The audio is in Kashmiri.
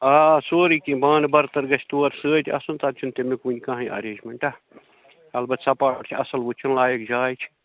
آ سورٕے کیٚنہہ بانہٕ برتَر گژھِ تور سۭتۍ آسُن تَتہِ چھُنہٕ تَمیُک وٕنہِ کَہَے اٮ۪رینجمینٹہ البتہ سَپاٹ چھِ اَصٕل وٕچھُن لایق جاے چھِ